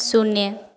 शून्य